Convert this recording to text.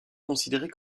considérée